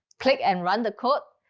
click and run the code,